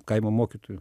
kaimo mokytoju